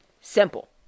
Simple